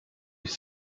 ich